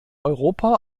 europa